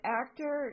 actor